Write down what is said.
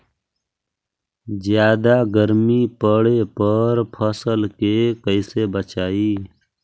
जादा गर्मी पड़े पर फसल के कैसे बचाई?